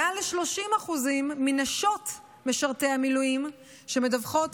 מעל ל-30% מנשות משרתי המילואים מדווחות